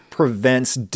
Prevents